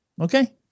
okay